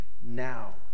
now